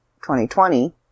2020